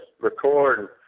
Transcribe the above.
record